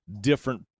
different